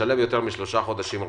משלושה חודשים רטרו.